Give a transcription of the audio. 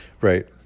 Right